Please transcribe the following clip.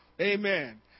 Amen